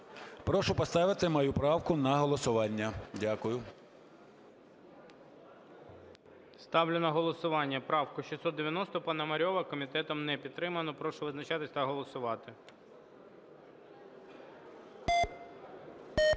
Прошу поставити мою правку на голосування. Дякую. ГОЛОВУЮЧИЙ. Ставлю на голосування правку 690 Пономарьова. Комітетом не підтримано. Прошу визначатись та голосувати.